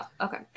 Okay